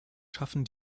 schaffen